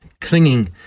clinging